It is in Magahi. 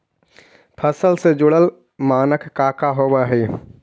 फसल से जुड़ल मानक का का होव हइ?